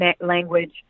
language